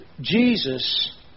Jesus